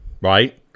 right